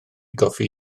goffi